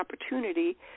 opportunity